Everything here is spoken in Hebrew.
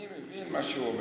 אני מבין מה שהוא אומר,